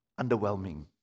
underwhelming